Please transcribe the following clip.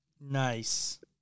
Nice